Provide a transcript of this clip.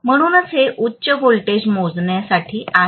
म्हणूनच हे उच्च व्होल्टेज मोजण्यासाठी आहे